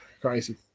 crazy